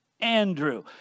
Andrew